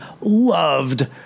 loved